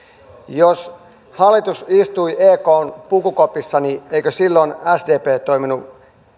jos hallitus istui ekn pukukopissa niin eikö silloin sdp toiminut